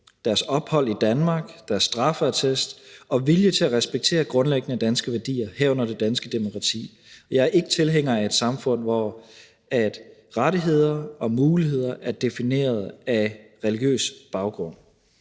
deres ophold i Danmark, deres straffeattest og vilje til at respektere grundlæggende danske værdier, herunder det danske demokrati. Jeg er ikke tilhænger af et samfund, hvor rettigheder og muligheder er defineret af religiøs baggrund.